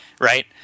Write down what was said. right